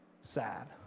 sad